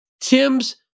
Tim's